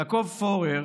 יעקב פורר,